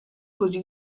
così